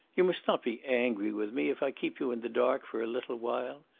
you must not be angry with me if i keep you in the dark for a little while.